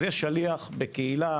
אז יש שליח בקהילה